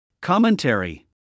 Commentary